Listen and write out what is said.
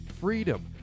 freedom